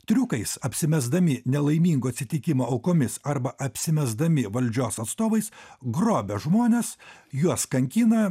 triukais apsimesdami nelaimingo atsitikimo aukomis arba apsimesdami valdžios atstovais grobia žmones juos kankina